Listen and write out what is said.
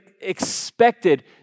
expected